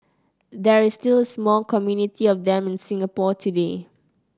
there is still a small community of them in Singapore today